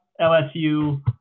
LSU